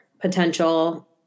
potential